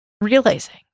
realizing